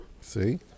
See